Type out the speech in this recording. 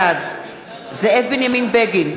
בעד זאב בנימין בגין,